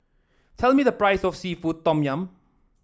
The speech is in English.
tell me the price of seafood Tom Yum